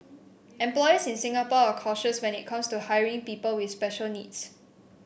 employers in Singapore are cautious when it comes to hiring people with special needs